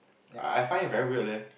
I I find it very weird leh